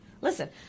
Listen